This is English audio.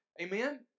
Amen